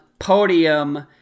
podium